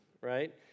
right